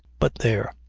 but there!